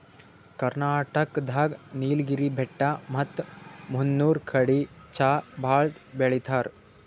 ಕರ್ನಾಟಕ್ ದಾಗ್ ನೀಲ್ಗಿರಿ ಬೆಟ್ಟ ಮತ್ತ್ ಮುನ್ನೂರ್ ಕಡಿ ಚಾ ಭಾಳ್ ಬೆಳಿತಾರ್